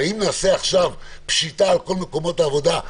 הרי אם נעשה עכשיו פשיטה על כל מקומות עבודה,